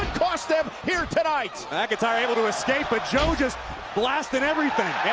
cost them here tonight. mcintyre able to escape, but joe just blasted everything.